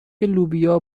لوبیا